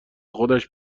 خودش